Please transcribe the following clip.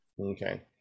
okay